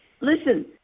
Listen